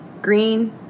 Green